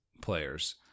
players